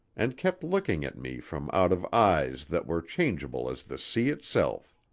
and kept looking at me from out of eyes that were changeable as the sea itself.